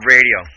Radio